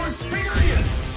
Experience